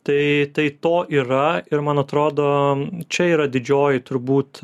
tai tai to yra ir man atrodo čia yra didžioji turbūt